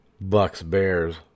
Bucks-Bears